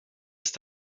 ist